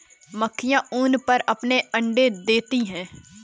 मक्खियाँ ऊन पर अपने अंडे देती हैं